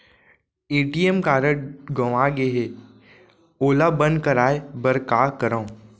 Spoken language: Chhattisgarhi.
ए.टी.एम कारड गंवा गे है ओला बंद कराये बर का करंव?